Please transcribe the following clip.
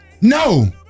No